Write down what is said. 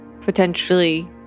potentially